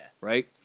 right